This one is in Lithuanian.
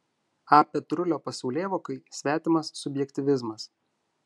a petrulio pasaulėvokai svetimas subjektyvizmas